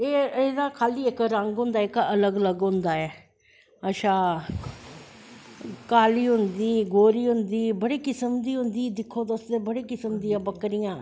एह्दा खाल्ली इक रंग होंदा जेह्का अलग अलग होंदा ऐ अच्छा काली होंदी गोरी होंदी बड़े किस्म दी होंदी दिक्खो तुस ते बड़े किस्म दियां बकरियां